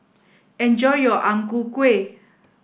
enjoy your Ang Ku Kueh